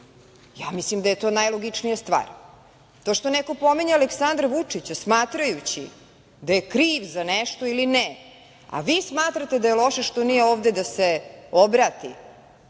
Ja mislim da je to najlogičnija stvar. To što neko pominje Aleksandra Vučića, smatrajući da je kriv za nešto ili ne, a vi smatrate da je loše što nije ovde da se obrati,